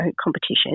competition